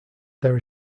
there